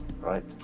Right